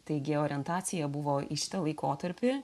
taigi orientacija buvo į šitą laikotarpį